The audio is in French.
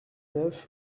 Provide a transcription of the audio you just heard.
neuf